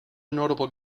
notable